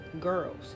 girls